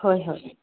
ꯍꯣꯏ ꯍꯣꯏ